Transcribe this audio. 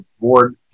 board